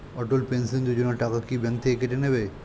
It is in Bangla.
অটল পেনশন যোজনা টাকা কি ব্যাংক থেকে কেটে নেবে?